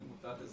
אני מודע לזה,